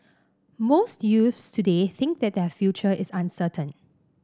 most youths today think that their future is uncertain